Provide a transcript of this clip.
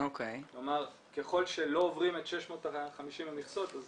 כלומר, ככל שלא עוברים את 650 המכסות אז